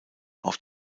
auf